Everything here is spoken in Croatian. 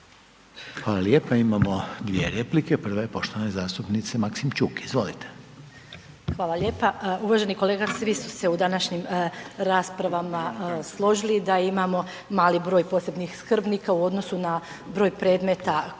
Hvala lijepa. Imamo dvije replike. Prva je poštovane zastupnice Maksimčuk, izvolite. **Maksimčuk, Ljubica (HDZ)** Hvala lijepa. Uvaženi kolega svi su se u današnjim raspravama složili da imamo mali broj posebnih skrbnika u odnosu na broj predmeta koje imaju